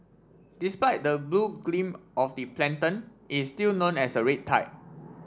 despite the blue gleam of the plankton is still known as a red tide